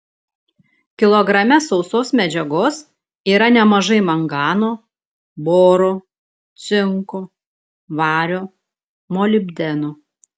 kilograme sausos medžiagos yra nemažai mangano boro cinko vario molibdeno